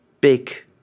big